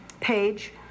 page